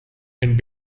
and